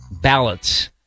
ballots